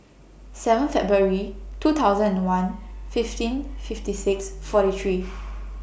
seven February two thousand and one fifteen fifty six forty three